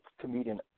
comedian